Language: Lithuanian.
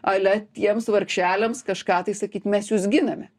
ale tiems vargšeliams kažką tai sakyt mes jus giname